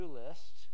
list